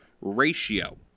ratio